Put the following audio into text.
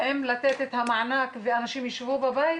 האם לתת את המענק ואנשים ישבו בבית,